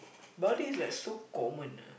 Bali is like so common ah